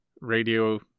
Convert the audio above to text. radio